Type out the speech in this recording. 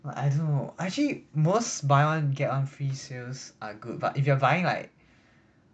I don't know I actually most buy one get one free sales are good but if you are buying like